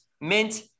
mint